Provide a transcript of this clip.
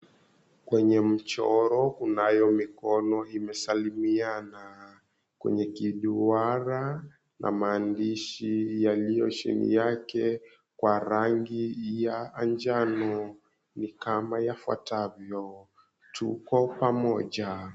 Kwenye mchoro kunayo mikono imesalimia na kwenye kiduara na mahandishi yaliyo chini yake kwa rangi ya njano ni kama yafuatavyo, Tuko Pamoja.